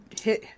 Hit